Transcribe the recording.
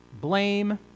Blame